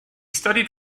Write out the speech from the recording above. studied